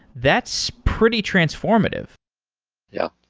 that's pretty transformative yeah.